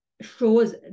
shows